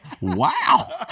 Wow